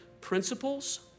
Principles